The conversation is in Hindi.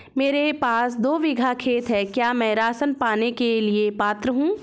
मेरे पास दो बीघा खेत है क्या मैं राशन पाने के लिए पात्र हूँ?